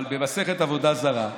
אבל במסכת עבודה זרה,